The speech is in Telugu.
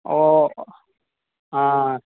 ఓ